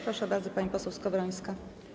Proszę bardzo, pani poseł Skowrońska.